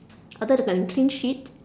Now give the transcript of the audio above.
either they can clean shit